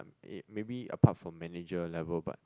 um eh maybe apart from manager level but